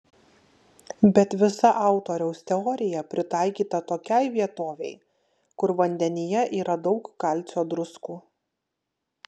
bet visa autoriaus teorija pritaikyta tokiai vietovei kur vandenyje yra daug kalcio druskų